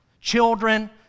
children